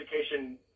education